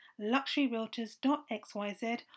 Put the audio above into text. luxuryrealtors.xyz